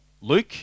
Luke